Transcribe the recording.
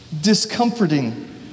discomforting